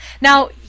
Now